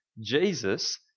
Jesus